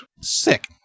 Sick